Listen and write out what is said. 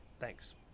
Thanks